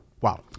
Wow